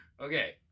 okay